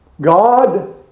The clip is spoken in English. God